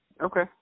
Okay